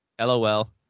LOL